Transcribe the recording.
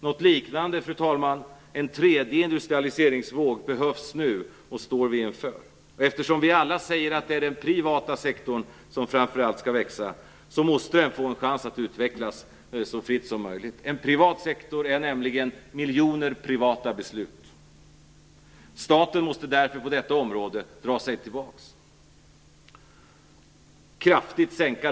Något liknande, fru talman, en tredje industrialiseringsvåg, behövs nu, och vi står inför denna. Eftersom vi alla säger att det är den privata sektorn som framför allt skall växa, måste den få en chans att utvecklas så fritt som möjligt. En privat sektor är nämligen miljoner privata beslut. Staten måste därför dra sig tillbaka på detta område.